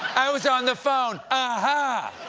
i was on the phone! ah